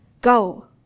Go